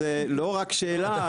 זה לא רק שאלה,